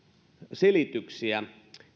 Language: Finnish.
selityksiä